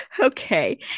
Okay